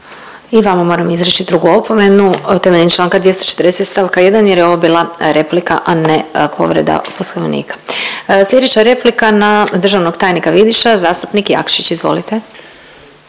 I vama moram izreći drugu opomenu temeljem Članka 240. stavka 1. jer je ovo bila replika, a ne povreda Poslovnika. Slijedeća replika na državnog tajnika Vidiša, zastupnik Jakšić. Izvolite.